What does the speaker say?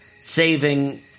saving